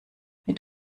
mit